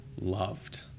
loved